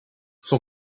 son